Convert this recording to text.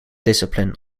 discipline